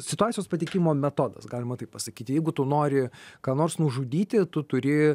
situacijos pateikimo metodas galima taip pasakyti jeigu tu nori ką nors nužudyti tu turi